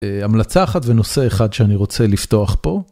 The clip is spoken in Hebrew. המלצה אחת ונושא אחד שאני רוצה לפתוח פה.